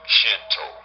Shinto